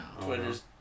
Twitter's